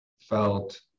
felt